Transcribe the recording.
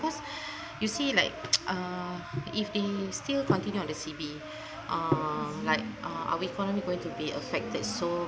cause you see like uh if they still continue on the C_B uh like uh our economic going to be affected so